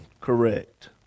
correct